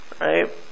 Right